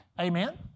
Amen